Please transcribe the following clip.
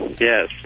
Yes